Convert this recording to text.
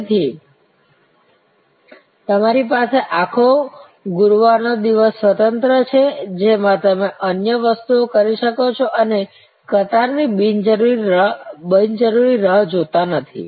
તેથી તમારી પાસે આખો ગુરુવાર નો દિવસ સ્વતંત્ર છે જેમાં તમે અન્ય વસ્તુઓ કરી શકો છો અને કતારની બિનજરૂરી રાહ જોતા નથી